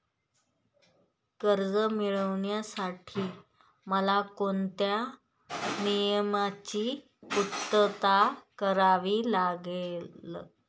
कर्ज मिळविण्यासाठी मला कोणत्या नियमांची पूर्तता करावी लागेल?